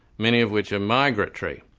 many of which are migratory.